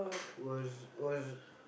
was was